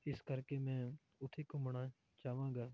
ਇਸ ਕਰਕੇ ਮੈਂ ਉੱਥੇ ਘੁੰਮਣਾ ਚਾਹਵਾਂਗਾ